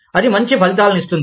అది మంచి ఫలితాలను ఇస్తుంది